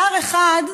שר אחד,